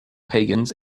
pagans